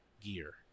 gear